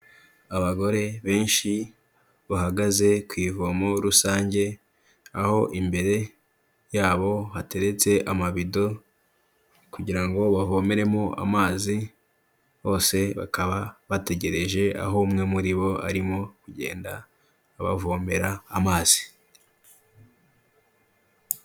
Abagore benshi bahagaze ku ivomo rusange, aho imbere yabo hateretse amabido kugira ngo bavomeremo amazi, bose bakaba bategereje aho umwe muri bo arimo kugenda abavomera amazi.